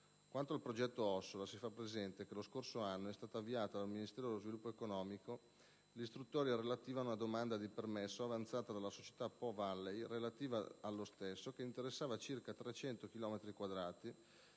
Quanto al progetto Ossola, si fa presente che lo scorso anno è stata avviata dal Ministero dello sviluppo economico l'istruttoria relativa ad una domanda di permesso avanzata dalla società Po Valley relativa allo stesso che interessava circa 300